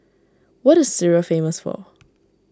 what is Syria famous for